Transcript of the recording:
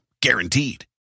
Guaranteed